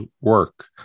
work